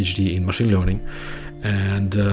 phd in machine learning and